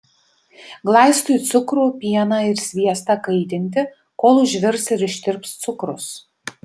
glaistui cukrų pieną ir sviestą kaitinti kol užvirs ir ištirps cukrus